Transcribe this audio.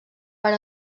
per